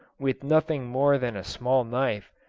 with nothing more than a small knife,